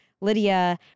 Lydia